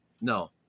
No